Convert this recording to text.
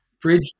bridge